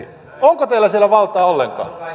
onko teillä siellä valtaa ollenkaan